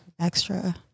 Extra